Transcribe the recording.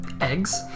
Eggs